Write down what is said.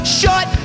shut